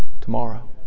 Tomorrow